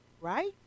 Right